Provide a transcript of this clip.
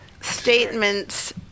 statements